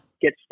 get